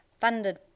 funded